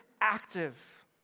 active